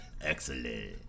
Excellent